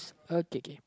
okay K